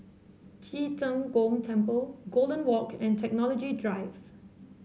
Ci Zheng Gong Temple Golden Walk and Technology Drive